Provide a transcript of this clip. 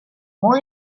molt